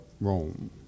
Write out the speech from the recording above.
Rome